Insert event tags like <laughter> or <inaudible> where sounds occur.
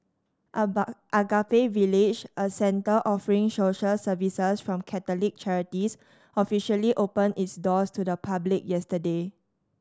<unintelligible> Agape Village a centre offering social services from Catholic charities officially opened its doors to the public yesterday